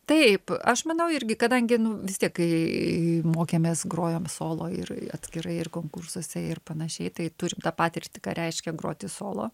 taip aš manau irgi kadangi nu vis tiek kai mokėmės grojom solo ir atskirai ir konkursuose ir panašiai tai turim tą patirtį ką reiškia groti solo